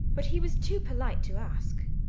but he was too polite to ask.